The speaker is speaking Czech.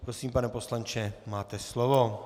Prosím, pane poslanče, máte slovo.